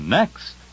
next